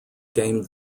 gained